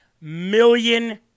million